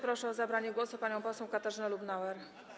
Proszę o zabranie głosu panią poseł Katarzynę Lubnauer.